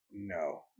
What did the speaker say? No